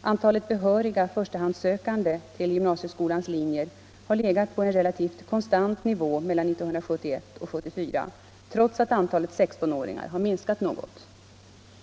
Antalet behöriga förstahandssökande till gymnasieskolans linjer har legat på en relativt konstant nivå mellan 1971 och 1974 trots att antalet 16-åringar har minskat något.